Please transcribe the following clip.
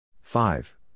Five